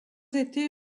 été